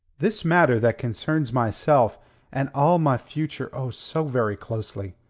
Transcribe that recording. this matter that concerns myself and all my future, oh, so very closely.